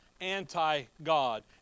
anti-God